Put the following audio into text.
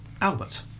Albert